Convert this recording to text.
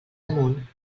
amunt